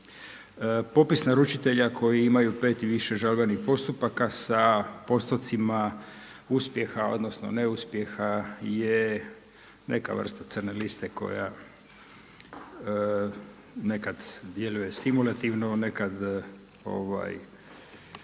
Popis naručitelja koji imaju 5 i više žalbenih postupaka sa postotcima uspjeha, odnosno neuspjeha je neka vrsta crne liste koja nekad djeluje stimulativno, nekad